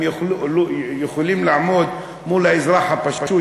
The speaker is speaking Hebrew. הם יכולים לעמוד מול האזרח הפשוט,